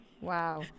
Wow